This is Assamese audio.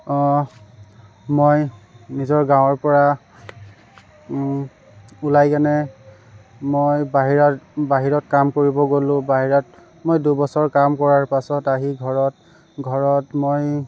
মই নিজৰ গাঁৱৰ পৰা ওলাইকেনে মই বাহিৰত বাহিৰত কাম কৰিব গ'লো বাহিৰত মই দুবছৰ কাম কৰাৰ পাছত আহি ঘৰত ঘৰত মই